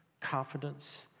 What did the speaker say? Confidence